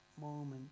moment